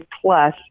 plus